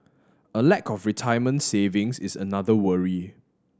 a lack of retirement savings is another worry